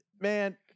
Man